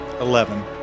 Eleven